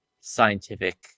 scientific